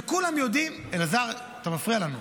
וכולם יודעים, אלעזר, אתה מפריע לנו,